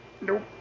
Nope